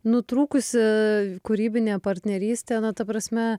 nutrūkusi kūrybinė partnerystė na ta prasme